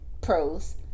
pros